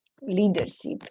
leadership